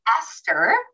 Esther